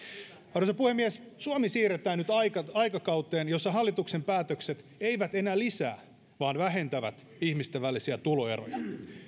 arvoisa puhemies suomi siirretään nyt aikakauteen jossa hallituksen päätökset eivät enää lisää vaan vähentävät ihmisten välisiä tuloeroja